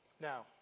Now